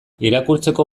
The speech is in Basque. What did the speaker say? irakurtzeko